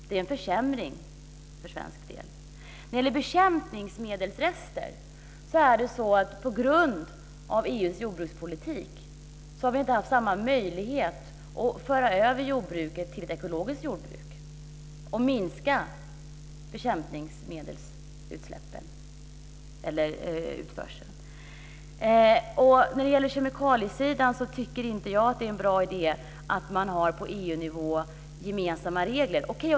Det är en försämring för svensk del. När det gäller bekämpningsmedelsrester är det så att vi på grund av EU:s jordbrukspolitik inte har haft samma möjligheter att konvertera jordbruket till ett ekologiskt jordbruk och minska bekämpningsmedelsanvändningen. På kemikaliesidan tycker jag inte att det är en bra idé att ha gemensamma regler på EU-nivå.